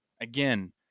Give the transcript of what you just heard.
again